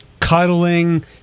cuddling